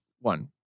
one